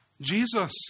Jesus